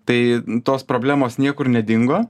tai tos problemos niekur nedingo